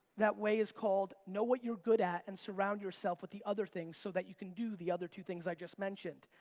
that way is called, know what you're good at and surround yourself with the other things so that you can do the other two things i just mentioned.